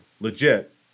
legit